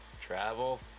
travel